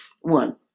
one